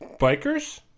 bikers